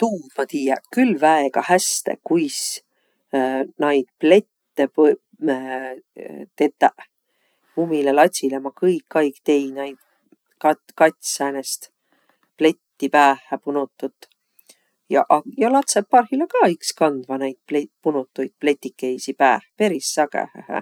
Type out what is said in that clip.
Tuud ma tiiä külq väega häste, kuis naid plette tetäq. Umilõ latsilõ ma kõikaig tei naid. Ka- kats säänest pletti päähäpunutut. Jaq ja latsõq parhilla ka iks kandvaq naid ple- punutuid pletikeisi pääh peris sagõhõhe.